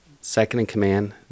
second-in-command